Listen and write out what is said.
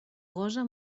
gosa